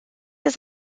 his